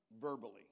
verbally